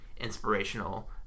inspirational